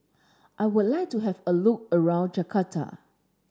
I would like to have a look around Jakarta